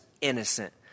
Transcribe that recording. innocent